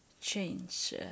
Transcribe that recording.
change